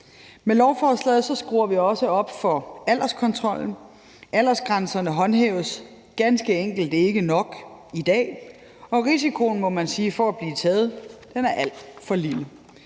Med lovforslaget skruer vi også op for alderskontrollen. Aldersgrænserne håndhæves ganske enkelt ikke nok i dag, og man må sige, at risikoen for at blive taget er alt for lille.